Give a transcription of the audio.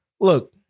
look